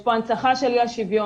יש פה הנצחה של אי השוויון,